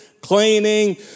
cleaning